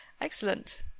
Excellent